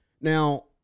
Now